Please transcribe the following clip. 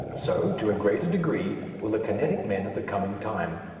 so, to a greater degree, will the kinetic men of the coming time.